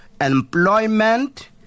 employment